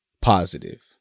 positive